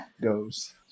goes